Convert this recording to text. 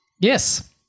Yes